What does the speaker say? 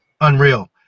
unreal